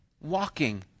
walking